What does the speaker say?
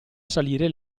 salire